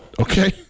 Okay